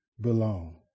belong